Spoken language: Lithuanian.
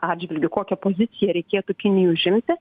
atžvilgiu kokią poziciją reikėtų kinijai užimti